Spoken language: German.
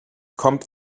kommt